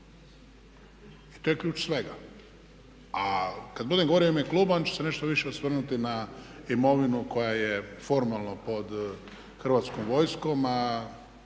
I to je ključ svega. A kad budem govorio u ime kluba onda ću se nešto više osvrnuti na imovinu koja je formalno pod Hrvatskom vojskom